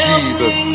Jesus